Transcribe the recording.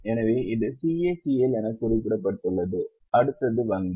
எனவே இது CACL என குறிக்கப்பட்டுள்ளது அடுத்தது வங்கி